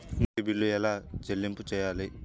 నీటి బిల్లు ఎలా చెల్లింపు చేయాలి?